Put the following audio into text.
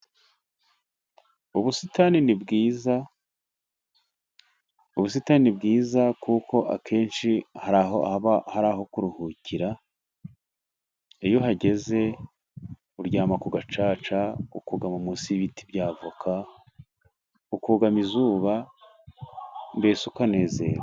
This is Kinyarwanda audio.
Ubusitani ni bwiza, ubusitani bwiza kuko akenshi haba hari aho kuruhukira, iyo uhageze uryama ku gacaca, ukugama mu nsi y'ibiti by'avoka, ukugama izuba, mbese ukanezerwa.